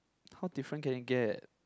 how different can it get